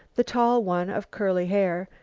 the tall one of curly hair,